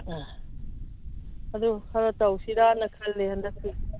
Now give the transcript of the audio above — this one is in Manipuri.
ꯑꯗꯨ ꯈꯔ ꯇꯧꯁꯤꯔꯅ ꯈꯜꯂꯤ ꯍꯟꯗꯛꯇꯤ